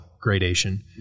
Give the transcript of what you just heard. gradation